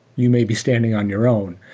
you may be standing on your own.